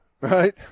right